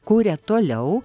kuria toliau